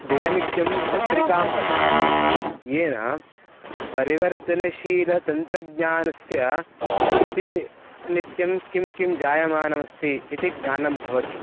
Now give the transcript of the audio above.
दिननित्यं पत्रिकां पठामि येन परिवर्तनशीलतन्त्रज्ञानस्य प्रति नित्यं किं किं जायमानमस्ति इति ज्ञानं भवति